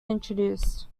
introduced